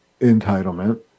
entitlement